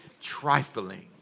trifling